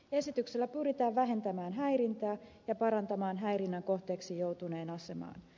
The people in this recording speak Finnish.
esityksellä pyritään vähentämään häirintää ja parantamaan häirinnän kohteeksi joutuneen asemaa